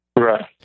Right